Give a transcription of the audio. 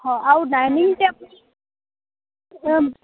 ହଁ ଆଉ dining table